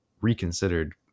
reconsidered